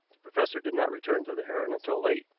the professor did not return to the heron until late.